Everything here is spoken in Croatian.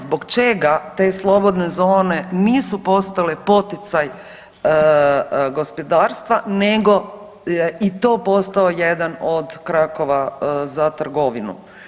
Zbog čega te slobodne zone nisu postale poticaj gospodarstva nego je i to postao jedan od krakova za trgovinu.